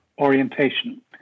orientation